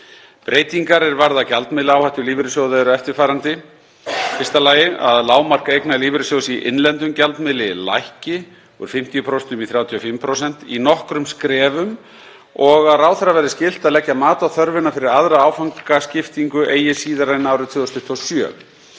Breytingar er varða gjaldmiðlaáhættu lífeyrissjóða eru eftirfarandi: 1. Að lágmark eigna lífeyrissjóðs í innlendum gjaldmiðli lækki úr 50% í 35% í nokkrum skrefum og að ráðherra verði skylt að leggja mat á þörfina fyrir aðra áfangaskiptingu eigi síðar en árið 2027.